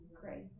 grace